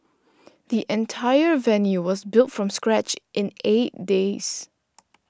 the entire venue was built from scratch in eight days